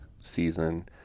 season